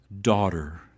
Daughter